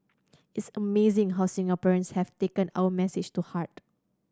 it's amazing how Singaporeans have taken our message to heart